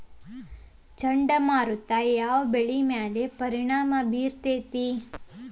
ಚಂಡಮಾರುತ ಯಾವ್ ಬೆಳಿ ಮ್ಯಾಲ್ ಪರಿಣಾಮ ಬಿರತೇತಿ?